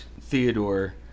Theodore